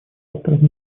авторов